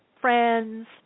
friends